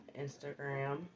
Instagram